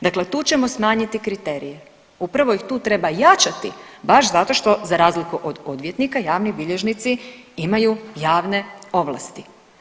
Dakle tu ćemo smanjiti kriterije, upravo ih tu treba jačati baš zato što, za razliku od odvjetnika, javni bilježnici imaju javne ovlasti.